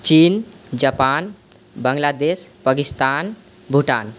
China Japan Bangladesh Pakistan Bhutan